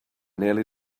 nearly